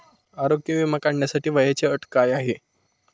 आरोग्य विमा काढण्यासाठी वयाची अट काय आहे?